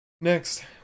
next